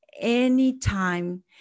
anytime